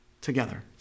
together